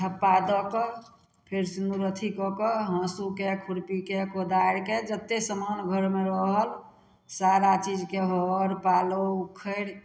थप्पा दऽ कऽ फेर सिनुर अथी कऽ कऽ हाँसुके खुरपीके कोदारिके जतेक समान घरमे रहल सारा चीजके हर पालो उखरि